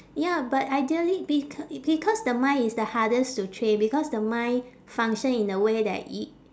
ya but ideally beca~ because the mind is the hardest to train because the mind function in a way that it